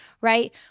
right